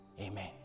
Amen